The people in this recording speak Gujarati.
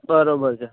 બરાબર છે